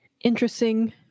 interesting